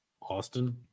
Austin